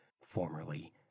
formerly